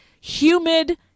humid